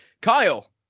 kyle